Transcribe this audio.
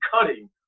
cutting